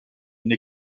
une